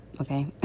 okay